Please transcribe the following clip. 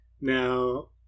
Now